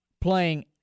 playing